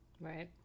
Right